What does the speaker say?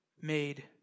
made